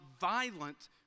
violent